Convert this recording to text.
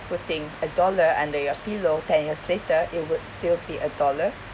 putting a dollar under your pillow ten years later it would still be a dollar